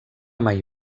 mai